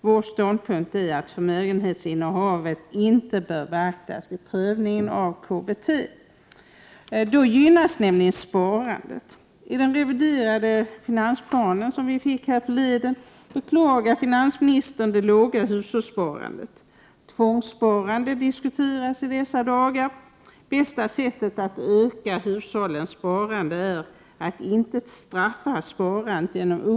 Vår ståndpunkt är att förmögenhetsinnehavet inte bör beaktas vid prövningen av KBT. Det gynnar nämligen sparandet. I den reviderade finansplan som vi fick härförleden beklagar finansministern det låga hushållssparandet. Tvångssparande diskuteras i dessa dagar. Bästa sättet att öka hushållens sparande är att inte straffa sparandet genom = Prot.